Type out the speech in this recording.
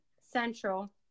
central